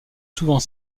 souvent